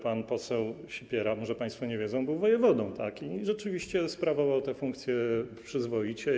Pan poseł Sipiera - może państwo nie wiedzą - był wojewodą i rzeczywiście sprawował tę funkcję przyzwoicie.